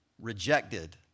rejected